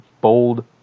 bold